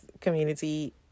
community